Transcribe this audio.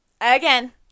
Again